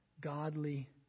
godly